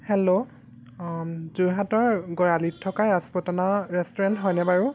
hello যোৰহাটৰ গড়আলিত থকা ৰাজপুতনা ৰেষ্টুৰেণ্ট হয়নে বাৰু